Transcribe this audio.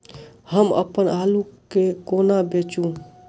हम अप्पन आलु केँ कोना बेचू?